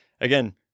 again